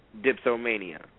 dipsomania